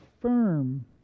firm